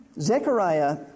Zechariah